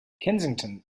kensington